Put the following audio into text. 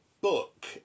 book